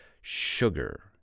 sugar